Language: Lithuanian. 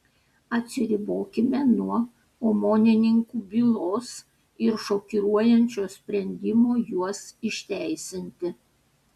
atsiribokime nuo omonininkų bylos ir šokiruojančio sprendimo juos išteisinti